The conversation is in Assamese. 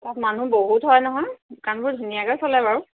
তাত মানুহ বহুত হয় নহয় দোকানবোৰ ধুনীয়াকৈ চলে বাৰু